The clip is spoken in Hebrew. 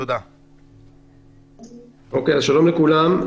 שלום לכולם,